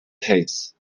tastes